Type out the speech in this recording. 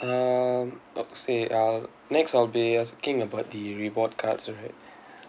um say I'll next I'll be asking about the reward cards right